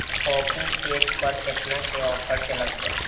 Pumping set पर केतना के ऑफर चलत बा?